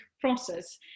process